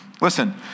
Listen